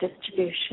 distribution